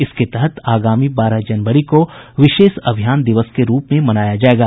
इसके तहत आगामी बारह जनवरी को विशेष अभियान दिवस के रूप में मनाया जायेगा